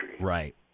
Right